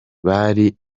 bari